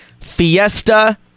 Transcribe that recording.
Fiesta